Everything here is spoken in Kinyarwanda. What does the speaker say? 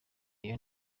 royal